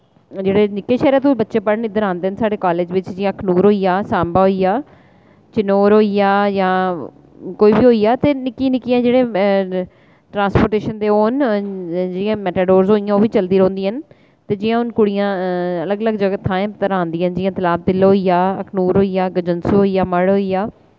जेह्ड़े निक्के शैह्रा तों बच्चे पढ़न इद्धर औंदे न साढ़े कालेज बिच जि'यां अखनूर होई गेआ साम्बा होई गेआ चिनोर होई गेआ जां कोई बी होई गेआ ते निक्की निक्कियां जेह्ड़े ट्रांसपोर्टेशन दे ओ न जि'यां मेटडोर्स होई गेइयां ओह् बी चलदी रौंह्दियां न ते जि'यां हून कुड़ियां अलग अलग जगह् थाएं परा औंदियां न जि'यां तलाब तिल्लो होई गेआ अखनूर होई गेआ गजनसू होई गेआ मढ़ होई गेआ